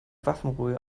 waffenruhe